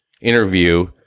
interview